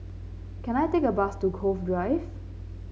can I take a bus to Cove Drive